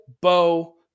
Bo